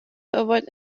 avoid